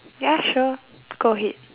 ya sure go ahead